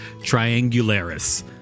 triangularis